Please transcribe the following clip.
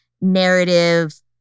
narrative